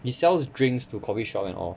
he sells drinks to coffeeshop at all